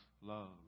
love